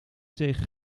tegen